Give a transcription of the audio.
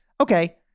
okay